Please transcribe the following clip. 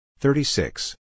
36